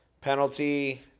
penalty